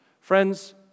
Friends